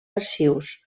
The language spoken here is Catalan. arxius